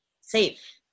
safe